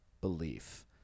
belief